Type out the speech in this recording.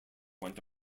went